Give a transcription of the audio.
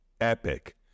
epic